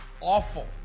awful